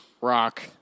rock